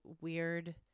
weird